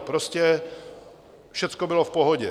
Prostě všecko bylo v pohodě.